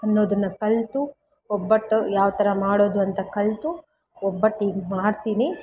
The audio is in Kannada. ಅನ್ನೋದನ್ನು ಕಲಿತು ಒಬ್ಬಟ್ಟು ಯಾವ್ತರ ಮಾಡೋದು ಅಂತ ಕಲಿತು ಒಬ್ಬಟ್ಟು ಈಗ ಮಾಡ್ತೀನಿ